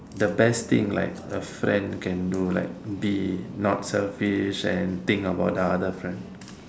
the best thing like a friend can do like be not selfish and think about other friend